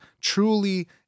truly